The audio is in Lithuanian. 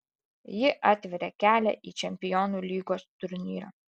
ji atveria kelią į čempionų lygos turnyrą